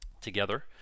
together